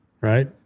right